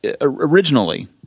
originally